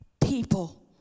people